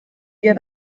ihr